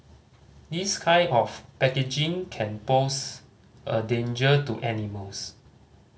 this kind of packaging can pose a danger to animals